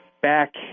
back